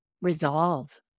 resolve